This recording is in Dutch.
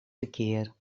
verkeer